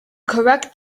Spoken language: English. correct